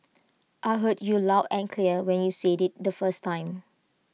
I heard you loud and clear when you said IT the first time